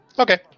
Okay